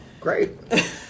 Great